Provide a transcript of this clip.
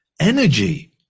energy